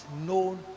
known